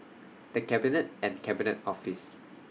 The Cabinet and Cabinet Office